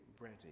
ready